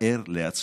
תאר לעצמך,